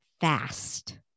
fast